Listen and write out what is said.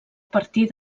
partir